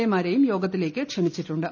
A മാരേയും യോഗത്തിലേക്ക് ക്ഷണിച്ചിട്ടുണ്ട്